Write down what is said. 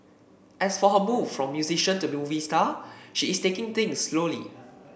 as for her move from musician to movie star she is taking things slowly